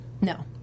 No